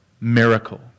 miracle